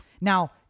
Now